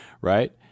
right